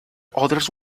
others